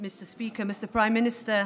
(נושאת דברים בשפה האנגלית,